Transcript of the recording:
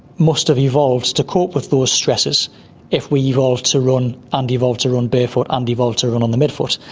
most have evolved to cope with those stresses if we evolved to run and evolved to run barefoot and evolved to run on the midfoot.